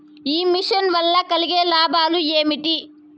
ఈ మిషన్ వల్ల కలిగే లాభాలు ఏమిటి?